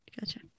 gotcha